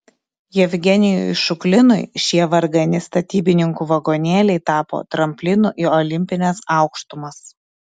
jevgenijui šuklinui šie vargani statybininkų vagonėliai tapo tramplinu į olimpines aukštumas